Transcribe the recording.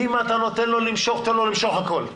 אם אתה נותן לו למשוך תן לו למשוך הכול,